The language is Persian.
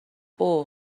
اوه